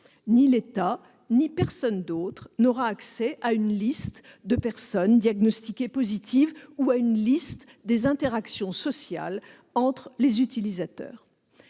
ni l'État ni personne d'autre n'aura accès à une liste de personnes diagnostiquées positives ou à une liste des interactions sociales entre les utilisateurs.